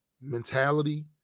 mentality